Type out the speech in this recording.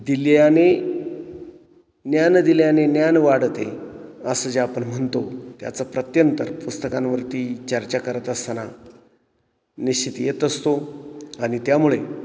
दिल्याने ज्ञान दिल्याने ज्ञान वाढते असं जे आपण म्हणतो त्याचा प्रत्यंतर पुस्तकांवरती चर्चा करत असताना निश्चित येत असतो आणि त्यामुळे